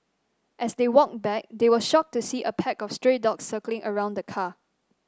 as they walked back they were shocked to see a pack of stray dogs circling around the car